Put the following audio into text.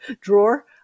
drawer